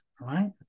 right